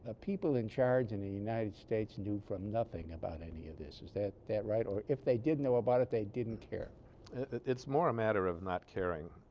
ah people in charge in the united states knew from nothing about any this is that that right or if they did know about it they didn't care it's more a matter of not caring